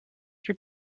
your